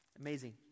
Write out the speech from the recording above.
amazing